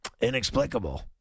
inexplicable